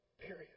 Period